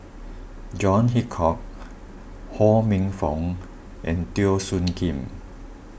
John Hitchcock Ho Minfong and Teo Soon Kim